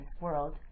world